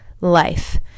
life